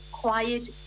quiet